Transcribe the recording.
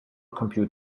compute